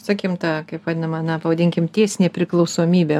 sakykim ta kaip vadina na pavadinkim tiesinė priklausomybė